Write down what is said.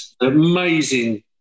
Amazing